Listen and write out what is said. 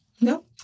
no